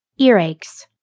Earaches